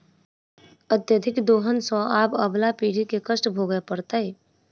अत्यधिक दोहन सँ आबअबला पीढ़ी के कष्ट भोगय पड़तै